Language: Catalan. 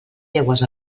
llegües